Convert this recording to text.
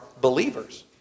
believers